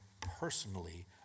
personally